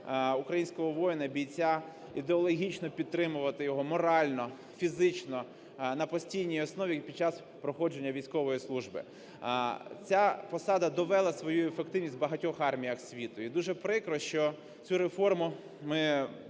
українського воїна, бійця, ідеологічно підтримувати його, морально, фізично на постійній основі і під час проходження військової служби. Ця посада довела свою ефективність в багатьох арміях світу, і дуже прикро, що цю реформу ми